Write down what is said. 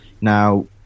Now